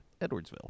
Edwardsville